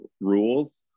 rules